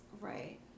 Right